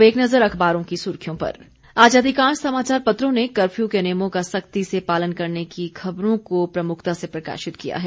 अब एक नजर अखबारों की सुर्खियों पर आज अधिकांश समाचार पत्रों ने कर्फ्यू के नियमों का सख्ती से पालन करने की खबरों को प्रमुखता से प्रकाशित किया है